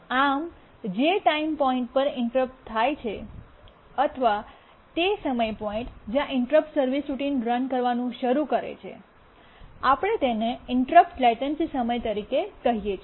આમ જે time point પર ઇન્ટરપ્ટ થાય છે અથવા તે સમય પોઇન્ટ જ્યાં ઇન્ટરપ્ટ સર્વિસ રૂટીન રન કરવાનું શરૂ કરે છે આપણે તેને ઇન્ટરપ્ટ લેટન્સી સમય તરીકે કહીએ છીએ